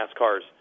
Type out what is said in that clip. NASCAR's